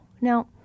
Now